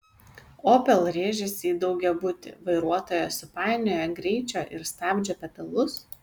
opel rėžėsi į daugiabutį vairuotoja supainiojo greičio ir stabdžio pedalus